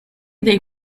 they